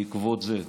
בעקבות זה.